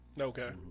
Okay